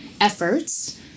efforts